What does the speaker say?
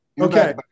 Okay